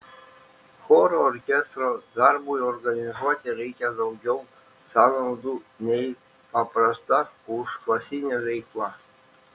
choro orkestro darbui organizuoti reikia daugiau sąnaudų nei paprasta užklasinė veikla